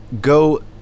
go